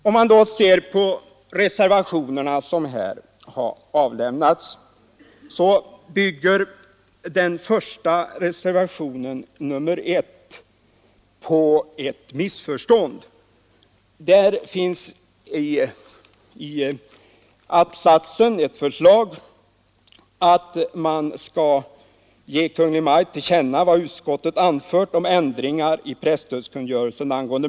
Om man då ser på de reservationer som avgivits till utskottets betänkande finner man att reservationen 1 bygger på ett missförstånd. I den reservationens att-sats föreslås att riksdagen ”ger Kungl. Maj:t till känna vad utskottet anfört om ändringar i presstödskungörelsen ang.